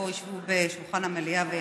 שיבואו וישבו בשולחן המליאה ויאזינו,